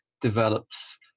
develops